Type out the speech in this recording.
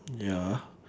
ya ah